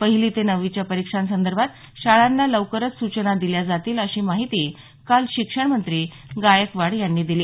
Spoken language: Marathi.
पहिली ते नववीच्या परीक्षां संदर्भात शाळांना लवकरच सूचना दिल्या जातील अशी माहिती काल शिक्षणमंत्री गायकवाड यांनी दिली